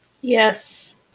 Yes